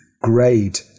grade